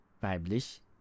Weiblich